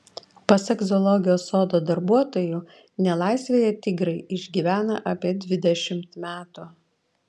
pasak zoologijos sodo darbuotojų nelaisvėje tigrai išgyvena apie dvidešimt metų